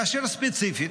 כאשר ספציפית,